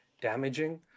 damaging